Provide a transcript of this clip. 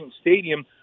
Stadium